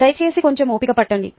దయచేసి కొంచెం ఓపిక పట్టండి